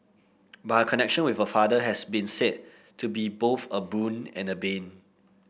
but her connection with her father has been said to be both a boon and a bane